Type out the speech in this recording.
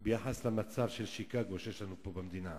ביחס למצב של שיקגו שיש לנו פה במדינה.